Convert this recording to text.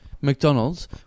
McDonald's